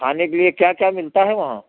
खाने के लिए क्या क्या मिलता है वहाँ